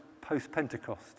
post-Pentecost